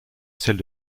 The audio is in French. celle